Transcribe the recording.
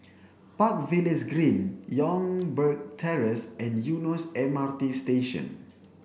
park Villas Green Youngberg Terrace and Eunos M R T Station